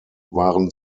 waren